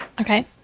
Okay